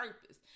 purpose